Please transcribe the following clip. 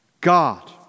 God